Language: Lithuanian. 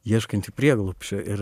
ieškantį prieglobsčio ir